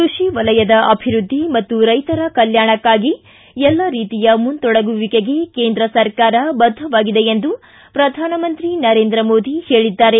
ಕೃಷಿ ವಲಯದ ಅಭಿವೃದ್ದಿ ಮತ್ತು ರೈತರ ಕಲ್ಯಾಣಕಾಗಿ ಎಲ್ಲ ರೀತಿಯ ಮುಂತೊಡಗುವಿಕೆಗೆ ಕೇಂದ್ರ ಸರ್ಕಾರ ಬದ್ದವಾಗಿದೆ ಎಂದು ಪ್ರಧಾನಮಂತ್ರಿ ನರೇಂದ್ರ ಮೋದಿ ಹೇಳಿದ್ದಾರೆ